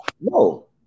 no